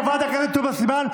חברת הכנסת תומא סלימאן,